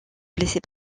blessés